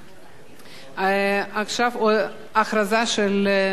הודעה למזכירת הכנסת.